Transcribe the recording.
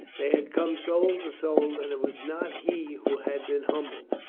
they had come soul to soul and it was not he who had been humbled,